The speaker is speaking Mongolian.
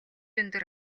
өндөр